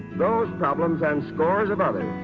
those problems and scores of others,